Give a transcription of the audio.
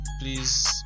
please